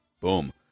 Boom